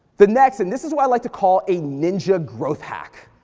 the next, and this is what like to call a ninja growth hack,